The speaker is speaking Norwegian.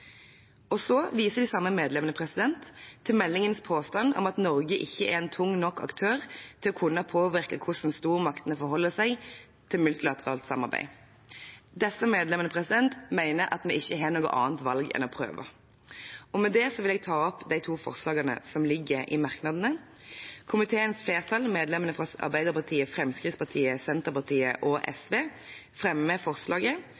fond. Så viser de samme medlemmene til meldingens påstand om at Norge ikke er en tung nok aktør til å kunne påvirke hvordan stormaktene forholder seg til multilateralt samarbeid. Disse medlemmene mener at vi ikke har noe annet valg enn å prøve. Komiteens flertall, medlemmene fra Arbeiderpartiet, Fremskrittspartiet, Senterpartiet og